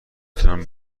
تونم